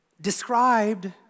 described